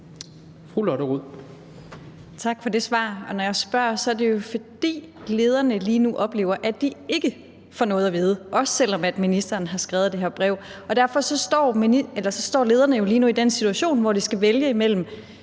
Lotte Rod (RV): Tak for det svar. Når jeg spørger, er det jo, fordi lederne lige nu oplever, at de ikke får noget at vide, også selv om ministeren har skrevet det her brev. Derfor står lederne lige nu i den situation, at de skal vælge imellem,